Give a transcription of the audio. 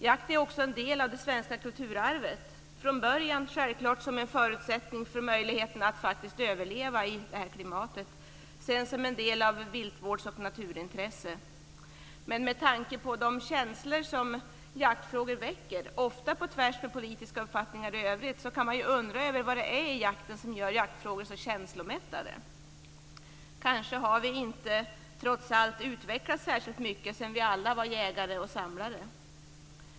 Jakt är också en del av det svenska kulturarvet - från början självklart som en förutsättning för möjligheten att faktiskt överleva i det här klimatet sedan som en del av viltvårds och naturintresset. Men med tanke på de känslor som jaktfrågor väcker, ofta på tvärs mot politiska uppfattningar i övrigt, kan man undra över vad det är i jakten som gör jaktfrågor så känslomättade. Vi har kanske trots allt inte utvecklats särskilt mycket sedan vi alla var jägare och samlare.